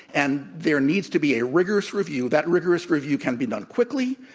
and there needs to be a rigorous review. that rigorous review can be done quickly,